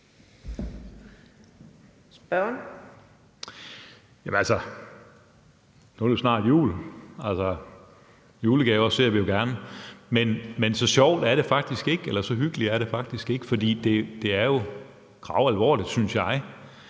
Skaarup (DD): Altså, nu er det jo snart jul, og julegaver ser vi jo gerne. Men så sjovt og så hyggeligt er det faktisk ikke. For det er jo gravalvorligt, synes jeg,